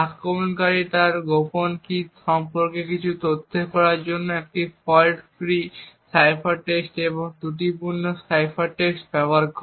আক্রমণকারী তারপর গোপন কী সম্পর্কে কিছু তথ্যের জন্য একটি ফল্ট ফ্রি সাইফার টেক্সট এবং ত্রুটিপূর্ণ সাইফার টেক্সট ব্যবহার করে